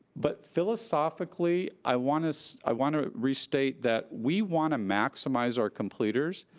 but, philosophically i wanna so i wanna restate that we wanna maximize our completers,